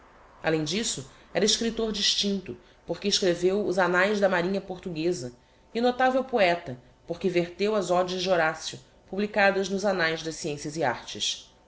além d'isso era escriptor distincto porque escreveu os annaes da marinha portugueza e notavel poeta porque verteu as odes de horacio publicadas nos annaes das sciencias e artes